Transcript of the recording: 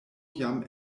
jam